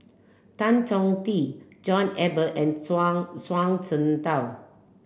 Tan Chong Tee John Eber and Zhuang Zhuang Shengtao